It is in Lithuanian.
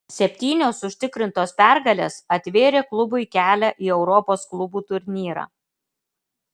septynios užtikrintos pergalės atvėrė klubui kelią į europos klubų turnyrą